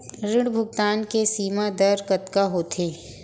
ऋण भुगतान के सीमा दर कतका होथे?